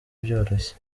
byoroshye